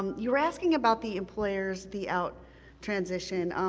um you were asking about the employers, the out transition.